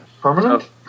Permanent